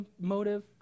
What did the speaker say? motive